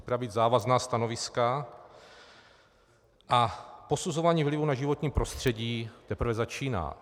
Připravit závazná stanoviska a posuzování vlivu na životní prostředí teprve začíná.